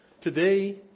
Today